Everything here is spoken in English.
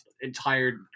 entire